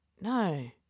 no